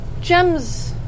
Gems